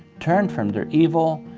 turn from their evil,